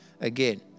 again